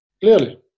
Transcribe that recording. clearly